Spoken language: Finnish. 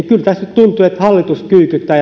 tuntuu siltä että hallitus kyykyttää